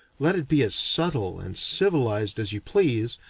let it be as subtle and civilized as you please,